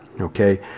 okay